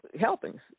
helpings